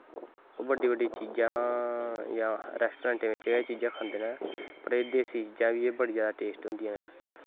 बड्डी बड्डी चीजां जां रैस्टोसैंट च गै चीजां खंदे न होर एह् देस्सी चीजां बी बड़ी जैदा टेस्ट होंदियां न